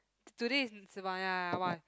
today is one